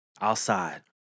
outside